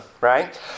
right